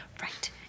Right